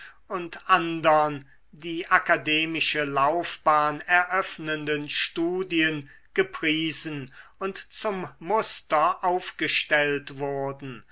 und andern die akademische laufbahn eröffnenden studien gepriesen und zum muster aufgestellt wurden